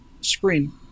screen